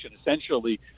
essentially